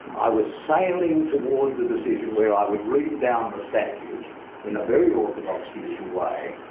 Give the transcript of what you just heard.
i was sailing towards a decision where i would read down the statute in a very orthodox, judicial way,